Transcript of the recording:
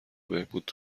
بهبود